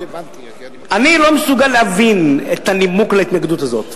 אני לא מסוגל להבין את הנימוק להתנגדות הזאת,